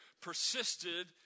persisted